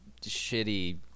shitty